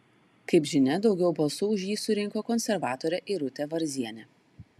kaip žinia daugiau balsų už jį surinko konservatorė irutė varzienė